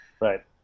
Right